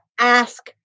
ask